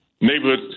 neighborhood